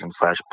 slash